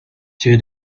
two